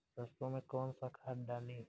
सरसो में कवन सा खाद डाली?